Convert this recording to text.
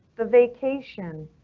the vacation,